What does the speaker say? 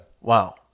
Wow